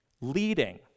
leading